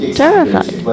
terrified